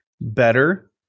better